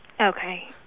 Okay